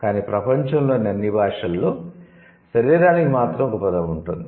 కానీ ప్రపంచంలోని అన్ని భాషలలో 'శరీరానికి' మాత్రం ఒక పదం ఉంటుంది